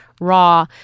raw